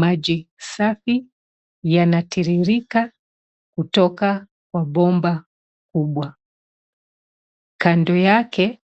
Maji safi yanatiririka kutoka kwa bomba kubwa. Kando yake